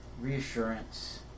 Reassurance